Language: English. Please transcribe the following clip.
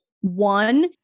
One